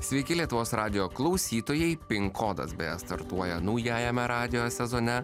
sveiki lietuvos radijo klausytojai pink kodas beje startuoja naujajame radijo sezone